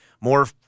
more